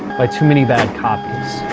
by too many bad copies.